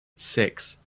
six